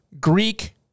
Greek